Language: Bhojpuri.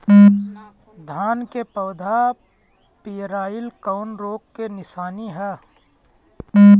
धान के पौधा पियराईल कौन रोग के निशानि ह?